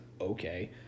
okay